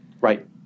Right